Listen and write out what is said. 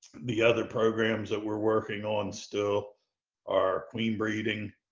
the other programs that we're working on still are queen breeding.